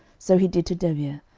so he did to debir,